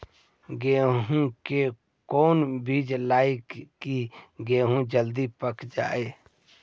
गेंहू के कोन बिज लगाई कि गेहूं जल्दी पक जाए?